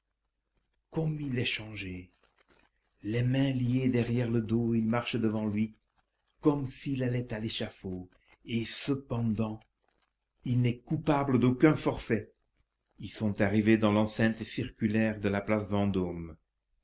comme il est changé les mains liées derrière le dos il marche devant lui comme s'il allait à l'échafaud et cependant il n'est coupable d'aucun forfait ils sont arrivés dans l'enceinte circulaire de la place vendôme